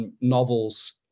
Novels